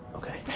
okay,